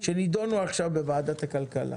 שנידונו עכשיו בוועדת הכלכלה.